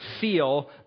feel